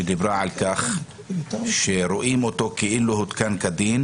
שדיברה על כך שרואים אותו כאילו הותקן כדין,